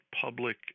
public